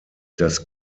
das